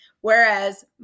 whereas